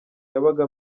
yabaga